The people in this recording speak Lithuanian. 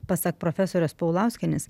pasak profesorės paulauskienės